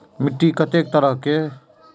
मिट्टी कतेक तरह के?